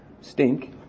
Stink